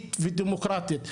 יהודית ודמוקרטית,